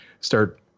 start